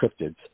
cryptids